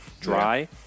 dry